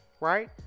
right